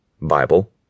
Bible